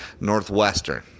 Northwestern